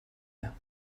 mehr